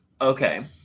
okay